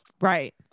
Right